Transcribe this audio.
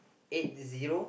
eight to zero